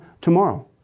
tomorrow